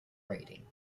rating